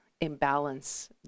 imbalance